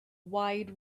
wide